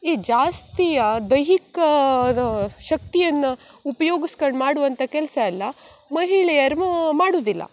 ಈ ಜಾಸ್ತಿ ಆ ದೈಹಿಕದ ಶಕ್ತಿಯನ್ನು ಉಪ್ಯೋಗಸ್ಕಂಡು ಮಾಡುವಂಥ ಕೆಲಸ ಎಲ್ಲ ಮಹಿಳೆಯರು ಮಾಡುವುದಿಲ್ಲ